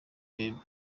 bieber